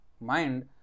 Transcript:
mind